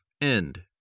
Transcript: end